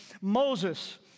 Moses